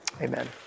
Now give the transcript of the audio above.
amen